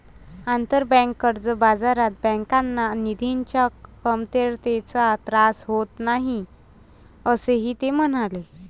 आंतरबँक कर्ज बाजारात बँकांना निधीच्या कमतरतेचा त्रास होत नाही, असेही ते म्हणाले